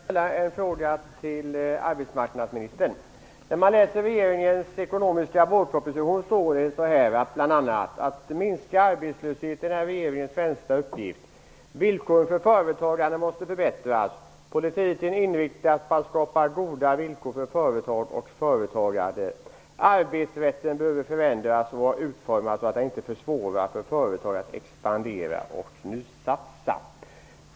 Fru talman! Jag har en fråga till arbetsmarknadsministern. När man läser regeringens ekonomiska vårproposition står det bl.a. att det är regeringens främsta uppgift att minska arbetslösheten. Villkoren för företagandet måste förbättras. Politiken är inriktad på att skapa goda villkor för företag och företagande. Arbetsrätten behöver förändras och utformas så att den inte försvårar för företag att expandera och nysatsa.